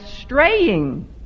straying